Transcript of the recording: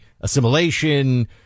assimilation